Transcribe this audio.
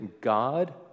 god